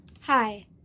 Hi